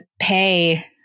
pay